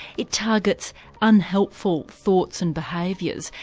it targets unhelpful thoughts and behaviours.